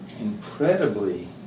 incredibly